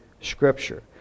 Scripture